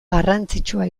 garrantzitsua